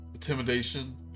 Intimidation